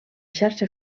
xarxa